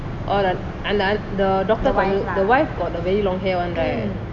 orh the அந்த அந்த:antha antha the doctor the wife got the very long hair one right